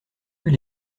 eut